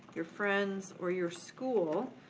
your friends or your school,